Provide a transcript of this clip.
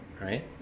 right